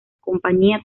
compañía